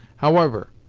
however,